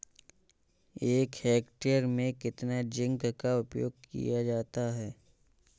एक हेक्टेयर में कितना जिंक का उपयोग किया जाता है?